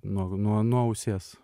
nuo nuo nuo ausies